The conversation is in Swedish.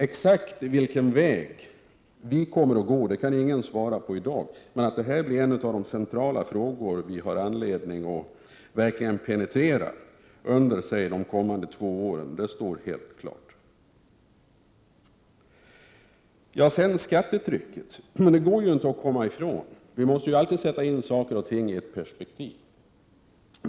Exakt vilken väg vi kommer att gå kan ingen svara på i dag. Men att detta blir en av de centrala frågor vi har anledning att verkligen penetrera, under säg de kommande två åren, det står helt klart. Skattetrycket går inte att komma ifrån. Vi måste alltid sätta in saker och ting i ett perspektiv.